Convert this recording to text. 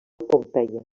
pompeia